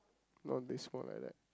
not this small like that